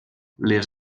les